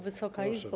Wysoka Izbo!